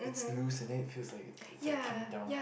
it's loose and it feels like it's like coming down